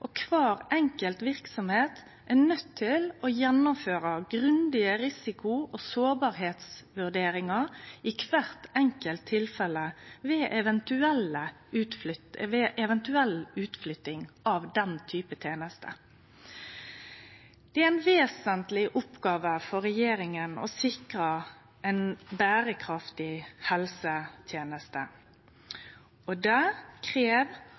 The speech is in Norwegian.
og kvar enkelt verksemd er nøydd til å gjennomføre grundige risiko- og sårbarheitsvurderingar i kvart enkelt tilfelle ved eventuell utflytting av den typen tenester. Det er ei vesentleg oppgåve for regjeringa å sikre ei berekraftig helseteneste, og det krev